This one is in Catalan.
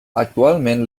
actualment